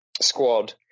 squad